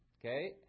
Okay